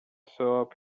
soap